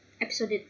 episode